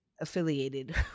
affiliated